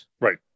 Right